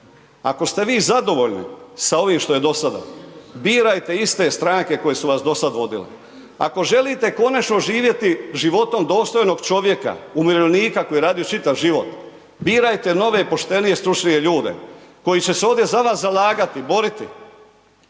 Ako ste vi zadovoljni sa ovim što je do sada, birajte iste stranke koje su vas do sad vodile. Ako želite konačno živjeti životom dostojnog čovjeka, umirovljenika koji je radio čitav život, birajte nove, poštenije, stručnije ljude koji će se ovdje za vas zalagati, boriti